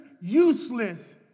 useless